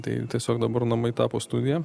tai tiesiog dabar namai tapo studija